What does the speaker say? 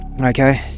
Okay